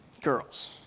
Girls